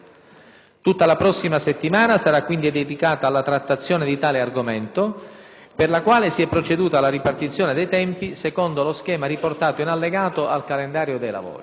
Tutta la prossima settimana sarà quindi dedicata alla trattazione di tale argomento, per la quale si è proceduto alla ripartizione dei tempi secondo lo schema riportato in allegato al calendario dei lavori.